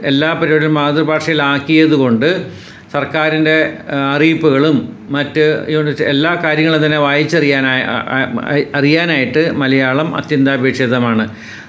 എല്ലാ പരിപാടികളും മാതൃഭാഷയിൽ ആക്കിയത് കൊണ്ട് സർക്കാരിൻ്റെ അറിയിപ്പുകളും മറ്റ് എല്ലാ കാര്യങ്ങളും തന്നെ വായിച്ച് അറിയാനായിട്ട് അറിയാനായിട്ട് മലയാളം അത്യന്താപേക്ഷിതമാണ്